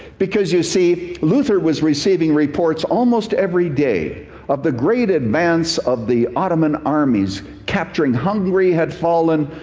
because, you see, luther was receiving reports almost every day of the great advance of the ottoman armies. capturing hungary had fallen.